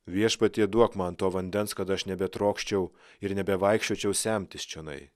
viešpatie duok man to vandens kad aš nebetrokščiau ir nebevaikščiočiau semtis čionai